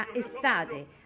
estate